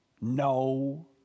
No